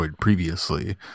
previously